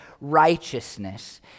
righteousness